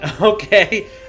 Okay